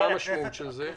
מה המשמעות של זה?